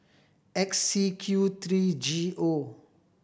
X C Q three G O